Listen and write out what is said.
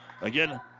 Again